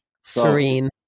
Serene